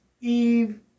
eve